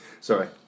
Sorry